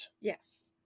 Yes